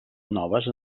noves